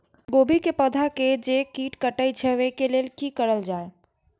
गोभी के पौधा के जे कीट कटे छे वे के लेल की करल जाय?